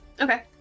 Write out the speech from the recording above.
Okay